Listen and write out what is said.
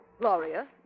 Gloria